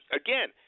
again